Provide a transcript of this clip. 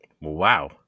Wow